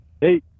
Hey